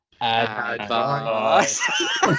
Advice